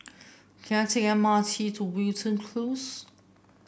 can I take a M R T to Wilton Close